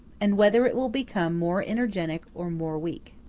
and whether it will become more energetic or more weak.